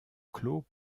clôt